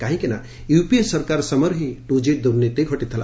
କାହିଁକି ନା ୟୁପିଏ ସରକାର ସମୟରେ ହିଁ ଟୁ ଜି ଦୁର୍ନୀତି ଘଟିଥିଲା